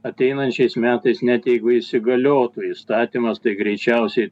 ateinančiais metais net jeigu įsigaliotų įstatymas tai greičiausiai